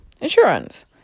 insurance